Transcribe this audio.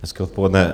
Hezké odpoledne.